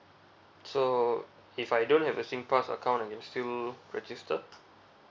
so if I don't have a singpass account I can still register